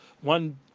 one